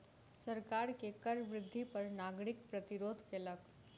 सरकार के कर वृद्धि पर नागरिक प्रतिरोध केलक